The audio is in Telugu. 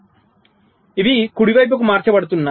కాబట్టి ఇవి కుడివైపుకి మార్చబడుతున్నాయి